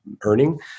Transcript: earning